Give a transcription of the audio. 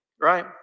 right